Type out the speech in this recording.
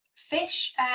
fish